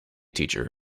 teacher